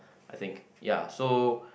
I think ya so